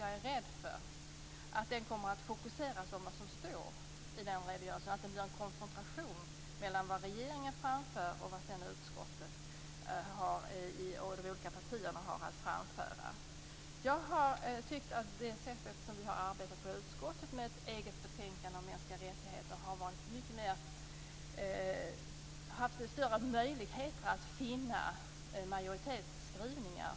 Jag är rädd för att den kommer att fokusera på det som står i en den redogörelsen och att det blir en konfrontation mellan vad regeringen framför och vad utskottet och de olika partierna sedan har att framföra. Jag har tyckt att det sätt som vi har arbetat i utskottet, med ett eget betänkande om mänskliga rättigheter, har gett större möjligheter att finna majoritetsskrivningar.